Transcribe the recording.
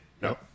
No